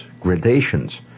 gradations